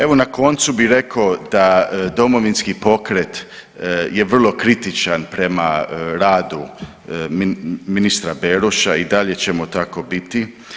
Evo na koncu bi rekao da Domovinski pokret je vrlo kritičan prema radu ministra Beroša i dalje ćemo tako biti.